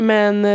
Men